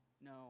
No